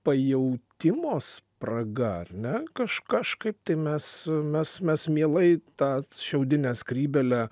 pajautimo spraga ar ne kaž kažkaip tai mes mes mes mielai tą šiaudinę skrybėlę